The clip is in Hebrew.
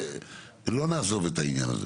לא נעזוב את העניין הזה.